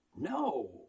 No